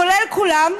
כולל כולם,